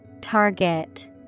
Target